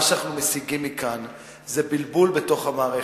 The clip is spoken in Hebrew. מה שאנחנו משיגים מכאן זה בלבול בתוך המערכת,